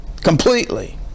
completely